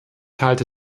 halte